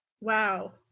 Wow